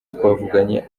twavuganye